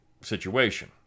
situation